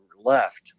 left